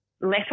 letter